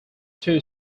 two